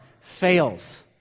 fails